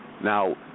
Now